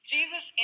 Jesus